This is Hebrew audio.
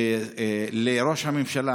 לראש הממשלה